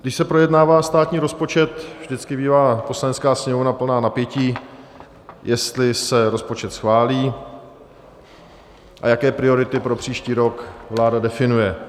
Když se projednává státní rozpočet, vždycky bývá Poslanecká sněmovna plná napětí, jestli se rozpočet schválí a jaké priority pro příští rok vláda definuje.